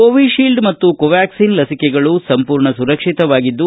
Covishield ಮತ್ತು ಕೋವ್ಚಾಟನ್ ಲಸಿಕೆಗಳು ಸಂಪೂರ್ಣ ಸುರಕ್ಷಿತವಾಗಿದ್ದು